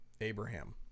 Abraham